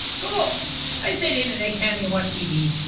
cool i stayed in and ate candy and watched tv.